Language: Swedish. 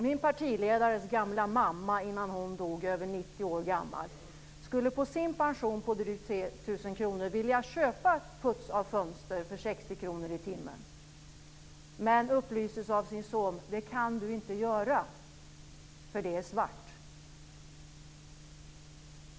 Min partiledares gamla mamma, som dog över 90 år gammal, ville på sin pension på drygt 3 000 kr köpa puts av fönster för 60 kr i timmen, men upplystes av sin son att det kunde hon inte göra eftersom det var svart.